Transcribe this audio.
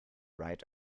right